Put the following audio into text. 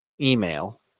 Email